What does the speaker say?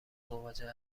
مواجه